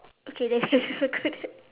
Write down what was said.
okay they I should circle that